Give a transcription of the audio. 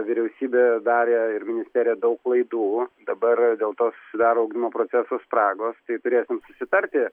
vyriausybė darė ir ministerija daug klaidų dabar dėl to susidaro ugdymo procesų spragos tai turėsim susitarti